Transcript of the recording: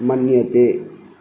मन्यते